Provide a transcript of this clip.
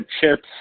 chips